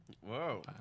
Whoa